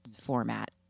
format